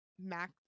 Mac